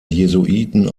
jesuiten